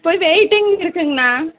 போய் வெயிட்டிங் இருக்குதுங்கண்ணா